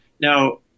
Now